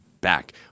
back